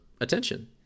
attention